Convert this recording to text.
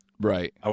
Right